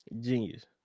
Genius